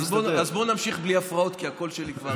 אז בואו נמשיך בלי הפרעות, כי הקול שלי כבר צרוד.